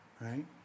right